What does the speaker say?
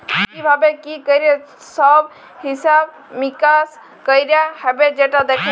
কি ভাবে কি ক্যরে সব হিছাব মিকাশ কয়রা হ্যবে সেটা দ্যাখে